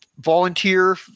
volunteer